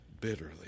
bitterly